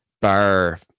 bar